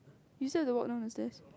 you said to walk down the stairs